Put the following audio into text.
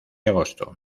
agosto